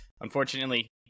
unfortunately